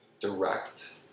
direct